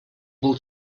был